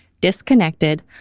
disconnected